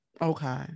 Okay